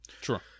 Sure